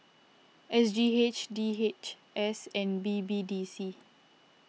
S G H D H S and B B D C